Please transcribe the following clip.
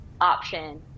option